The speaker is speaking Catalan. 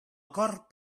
acord